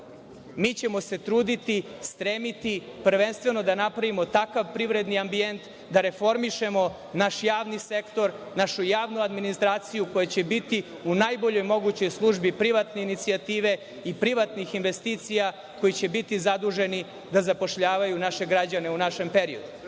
mi ćemo se truditi, stremiti prvenstveno da napravimo takav privredni ambijent da reformišemo naš javni sektor, našu javnu administraciju koja će biti u najboljoj mogućoj službi privatne inicijative i privatnih investicija, koji će biti zaduženi da zapošljavaju naše građane u našem periodu. Eto